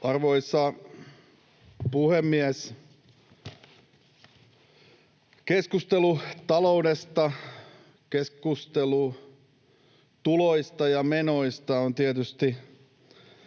Arvoisa puhemies! Keskustelu taloudesta, keskustelu tuloista ja menoista, on tietysti